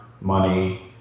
money